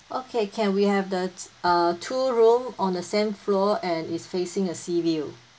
okay can we have the uh two room on the same floor and is facing a sea view